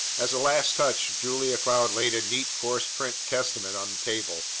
as a last touch julia cloud laid a neat coarse-print testament on the table,